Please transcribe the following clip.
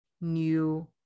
new